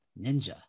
Ninja